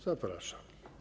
Zapraszam.